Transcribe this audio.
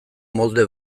molde